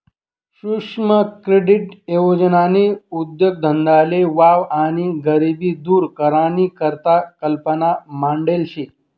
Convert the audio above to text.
सुक्ष्म क्रेडीट योजननी उद्देगधंदाले वाव आणि गरिबी दूर करानी करता कल्पना मांडेल शे